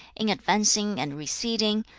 in advancing and receding,